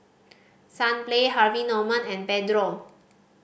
Sunplay Harvey Norman and Pedro